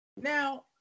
Now